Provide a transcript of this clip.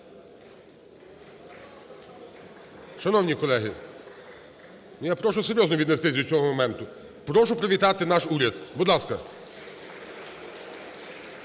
Шановні колеги, я прошу серйозно віднестися до цього моменту. Прошу привітати наш уряд. Будь ласка.